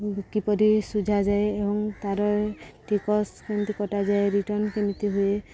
କିପରି ସୁଝାଯାଏ ଏବଂ ତାର ଟିକସ କେମିତି କଟାଯାଏ ରିଟର୍ଣ୍ଣ୍ କେମିତି ହୁଏ